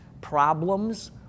problems